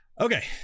okay